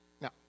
Now